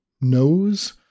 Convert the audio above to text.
knows